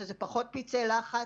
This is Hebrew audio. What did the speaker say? שזה פחות פצעי לחץ,